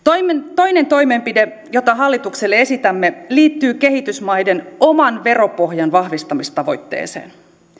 toinen toimenpide jota hallitukselle esitämme liittyy kehitysmaiden oman veropohjan vahvistamistavoitteeseen